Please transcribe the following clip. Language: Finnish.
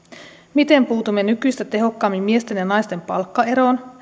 miten puutumme nykyistä tehokkaammin miesten ja naisten palkkaeroon